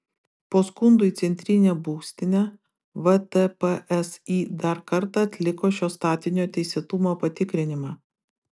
po skundų į centrinę būstinę vtpsi dar kartą atliko šio statinio teisėtumo patikrinimą